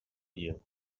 you